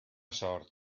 sort